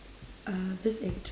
uh this age